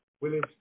Willis